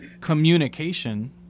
communication